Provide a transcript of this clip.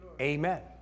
Amen